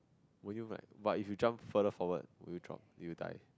would you like but if you jump further forward would you drunk do you die